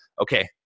okay